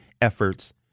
efforts